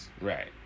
right